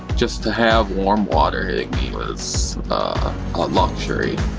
just to have warm water hitting me was a luxury.